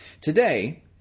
Today